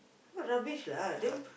what rubbish lah then